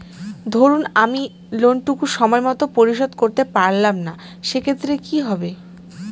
ধরুন আমি লোন টুকু সময় মত পরিশোধ করতে পারলাম না সেক্ষেত্রে কি হবে?